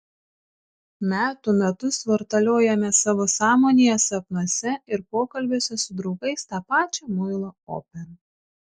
metų metus vartaliojame savo sąmonėje sapnuose ir pokalbiuose su draugais tą pačią muilo operą